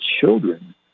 children